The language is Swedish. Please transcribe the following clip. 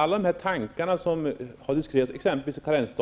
Alla dessa tankar, exempelvis förslaget